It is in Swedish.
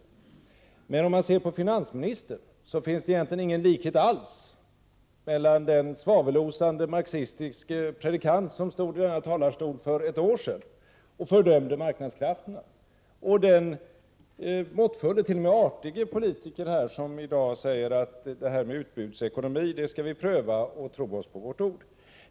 Om man däremot ser på finansministerns uttalande så finns det egentligen ingen likhet alls mellan den svavelosande marxistiske predikant som stod i denna talarstol för ett år sedan och fördömde marknadskrafterna och den måttfulle och t.o.m. artige politiker som i dag säger att utbudsekonomi är något som man kan pröva, och att man skall tro honom på hans ord.